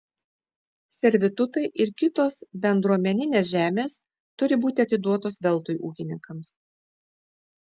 servitutai ir kitos bendruomeninės žemės turi būti atiduotos veltui ūkininkams